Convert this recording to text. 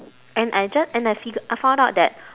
and I just and I figure I found out that